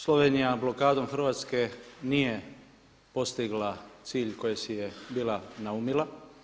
Slovenija blokadom Hrvatske nije postigla cilj koji si je bila naumila.